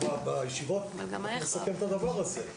בישיבות צריך לסכם את הדבר הזה.